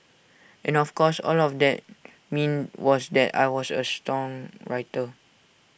and of course all that meant was that I was A songwriter